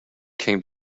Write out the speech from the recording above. came